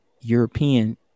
European